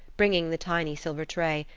bringing the tiny silver tray,